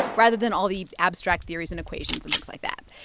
rather than all the abstract theories and equations and things like that.